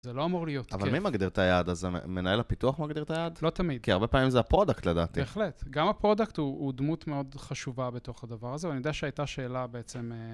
זה לא אמור להיות כיף. אבל מי מגדיר את היעד? אז מנהל הפיתוח מגדיר את היעד? לא תמיד. כי הרבה פעמים זה הפרודקט לדעתי. בהחלט. גם הפרודקט הוא דמות מאוד חשובה בתוך הדבר הזה, אבל אני יודע שהייתה שאלה בעצם...